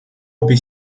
обе